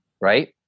right